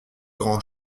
grand